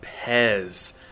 Pez